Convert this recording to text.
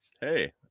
hey